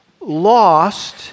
lost